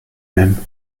même